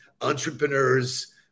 entrepreneurs